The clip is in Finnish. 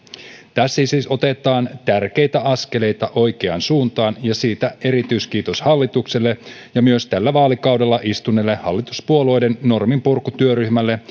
tässä siis otetaan tärkeitä askeleita oikeaan suuntaan ja siitä erityiskiitos hallitukselle ja myös tällä vaalikaudella istuneelle hallituspuolueiden norminpurkutyöryhmälle